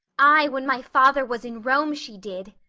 ay, when my father was in rome she did.